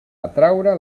atraure